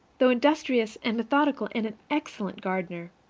though industrious and methodical and an excellent gardener,